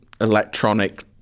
electronic